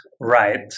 right